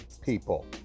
People